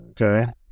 Okay